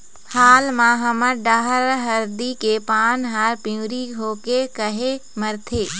हाल मा हमर डहर हरदी के पान हर पिवरी होके काहे मरथे?